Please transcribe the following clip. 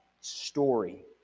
story